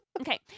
Okay